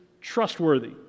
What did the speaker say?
trustworthy